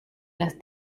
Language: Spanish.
las